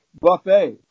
buffet